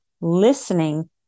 listening